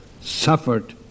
suffered